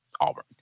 Auburn